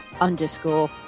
underscore